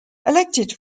elected